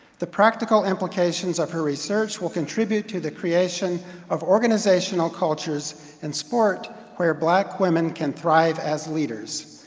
the practical implications of her research will contribute to the creation of organizational cultures and sport where black women can thrive as leaders.